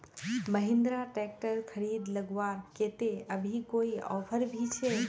Mahindra tractor खरीद लगवार केते अभी कोई ऑफर भी छे?